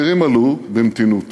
המחירים עלו במתינות.